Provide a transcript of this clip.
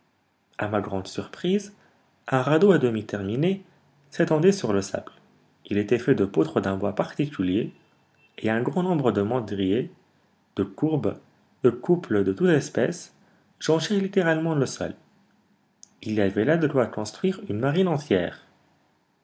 a ma grande surprise un radeau à demi terminé s'étendait sur le sable il était fait de poutres d'un bois particulier et un grand nombre de madriers de courbes de couples de toute espèce jonchaient littéralement le sol il y avait là de quoi construire une marine entière